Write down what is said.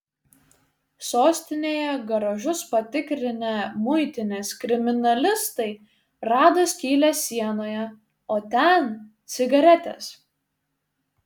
sostinėje garažus patikrinę muitinės kriminalistai rado skylę sienoje o ten cigaretės